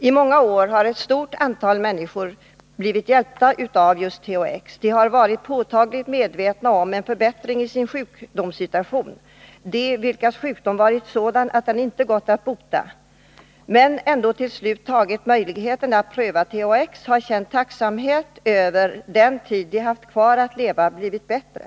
I många år har ett stort antal människor blivit hjälpta av just THX. De har varit påtagligt medvetna om en förbättring i sin sjukdomssituation. De som haft en sådan sjukdom att den inte gått att bota men ändå till slut använt sig av möjligheten att pröva THX har känt tacksamhet över att den tid de haft kvar att leva blivit bättre.